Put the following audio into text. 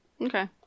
Okay